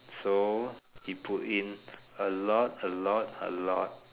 so he put in a lot a lot a lot